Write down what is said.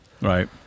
Right